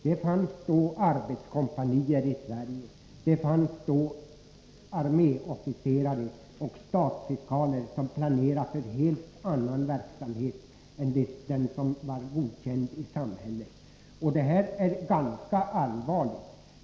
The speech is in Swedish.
Det fanns då arbetskompanier i Sverige, och det fanns då arméofficerare och stadsfiskaler som planerade för helt annan verksamhet än den som var godkänd i samhället. Detta är ganska allvarligt.